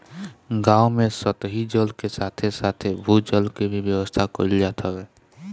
गांव में सतही जल के साथे साथे भू जल के भी व्यवस्था कईल जात हवे